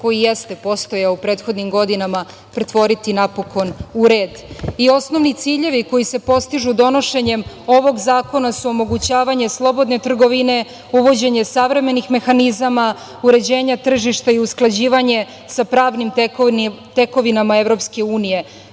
koji jeste postojao u prethodnim godinama pretvoriti napokon u red. Osnovni ciljevi koji se postižu donošenjem ovog zakona su omogućavanje slobodne trgovine, uvođenje savremenih mehanizama, uređenje tržišta i usklađivanje sa pravnim tekovinama